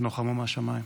תנוחמו מהשמיים.